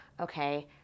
okay